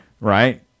right